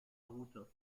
route